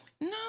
No